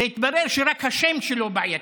והתברר שרק השם שלו בעייתי,